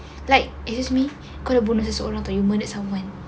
like it's me kalau benda seorang yang benda sama ya